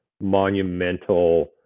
monumental